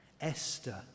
Esther